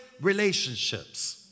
relationships